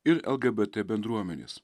ir lgbt bendruomenės